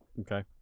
Okay